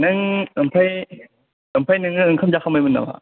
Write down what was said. नों ओमफ्राय ओमफाय नोङो ओंखाम जाखांबायमोन नामा